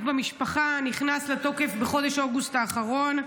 במשפחה נכנס לתוקף בחודש אוגוסט האחרון.